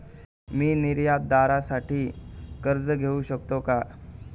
मी निर्यातदारासाठी कर्ज घेऊ शकतो का?